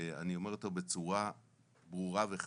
שאני אומר אותו בצורה ברורה וחדה,